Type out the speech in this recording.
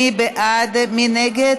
מי בעד, מי נגד?